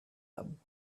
them